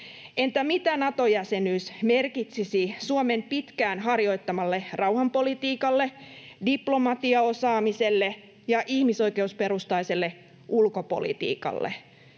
Entä mitä Nato-jäsenyys merkitsisi Suomen pitkään harjoittamalle rauhanpolitiikalle, diplomatiaosaamiselle ja ihmisoikeusperustaiselle ulkopolitiikalle?